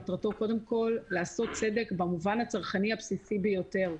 מטרתו קודם כל לעשות צדק במובן הצרכני הבסיסי ביותר.